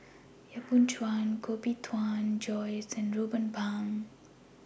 Yap Boon Chuan Koh Bee Tuan Joyce and Ruben Pang